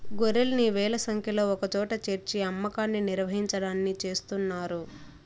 గొర్రెల్ని వేల సంఖ్యలో ఒకచోట చేర్చి అమ్మకాన్ని నిర్వహించడాన్ని చేస్తున్నారు